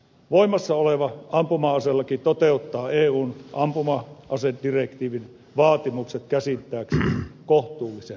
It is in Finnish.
voimassa oleva ampuma aselaki toteuttaa eun ampuma asedirektiivin vaatimukset käsittääkseni kohtuullisen hyvin